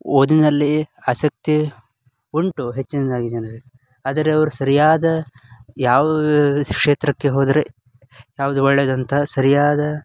ಓದಿನಲ್ಲಿ ಆಸಕ್ತಿ ಉಂಟು ಹೆಚ್ಚಿನದಾಗಿ ಜನರಿಗೆ ಆದರೆ ಅವರು ಸರಿಯಾದ ಯಾವ ಕ್ಷೇತ್ರಕ್ಕೆ ಹೋದರೆ ಯಾವುದು ಒಳ್ಳೆಯದಂತ ಸರಿಯಾದ